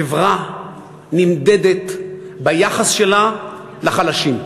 חברה נמדדת ביחס שלה לחלשים,